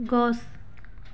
গছ